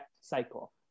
cycle